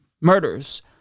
murders